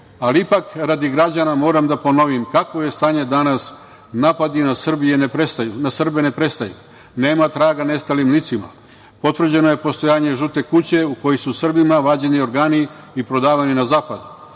ali ipak radi građana moram da ponovim kakvo je stanje danas. Napadi na Srbe ne prestaju, nema traga nestalim licima, potvrđeno je postojanje "Žute kuće" u kojoj su Srbima vađeni organi i prodavani na zapadu.